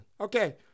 Okay